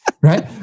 right